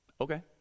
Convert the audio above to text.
Okay